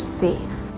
safe